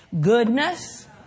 Goodness